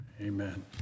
Amen